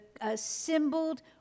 assembled